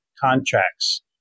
contracts